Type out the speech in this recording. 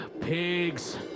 pigs